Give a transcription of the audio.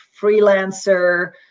freelancer